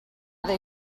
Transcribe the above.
they